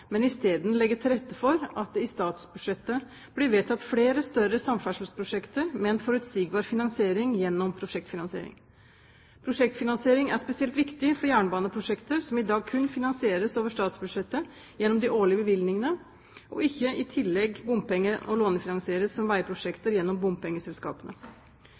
men isteden legge til rette for at det i forbindelse med statsbudsjettet blir vedtatt flere større samferdselsprosjekter med en forutsigbar finansiering gjennom prosjektfinansiering. Prosjektfinansiering er spesielt viktig for jernbaneprosjekter som i dag kun finansieres over statsbudsjettet gjennom de årlige bevilgningene, og ikke i tillegg bompenge- og lånefinansieres som veiprosjekter gjennom bompengeselskapene.